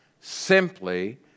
simply